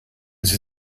sie